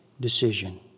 decision